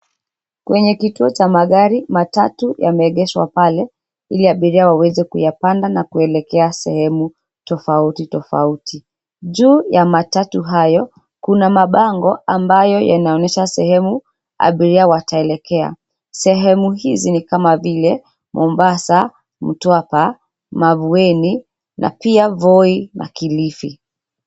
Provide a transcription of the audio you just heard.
Kwenye kituo cha magari matatu yameegeshwa pale, ili abiria waweze kuyapanda na kuelekea sehemu tofauti tofauti. Juu ya matatu hayo, kuna mabango ambayo yanaonyesha sehemu abiria wataelekea, sehemu hizi ni kama vile, Mombasa, Mtwapa, Mavueni na pia Voi na Kilifi.